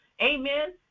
Amen